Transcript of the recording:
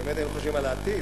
ובאמת היינו חושבים על העתיד,